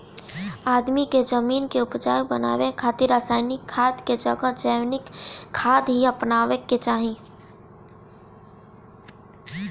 आदमी के जमीन के उपजाऊ बनावे खातिर रासायनिक खाद के जगह जैविक खाद ही अपनावे के चाही